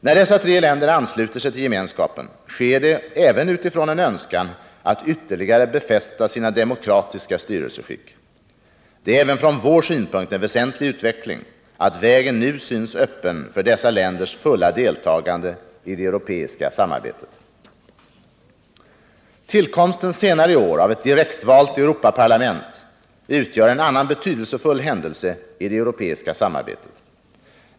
När dessa tre länder ansluter sig till gemenskapen, sker det även utifrån en önskan hos dem att ytterligare befästa sina demokratiska styrelseskick. Det är även från vår synpunkt en väsentlig utveckling, att vägen nu synes öppen för dessa länders fulla deltagande i det europeiska samarbetet. Tillkomsten senare i år av ett direktvalt Europaparlament utgör en annan betydelsefull händelse i det europeiska samarbetet.